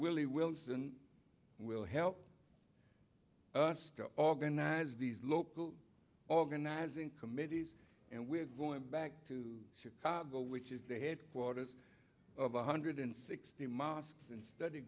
willie wilson will help us to organize these local organizing committees and we're going back to chicago which is the headquarters of one hundred sixty mosques and study